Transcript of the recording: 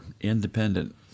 independent